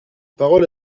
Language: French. parole